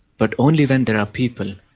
but only when there are people,